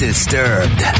Disturbed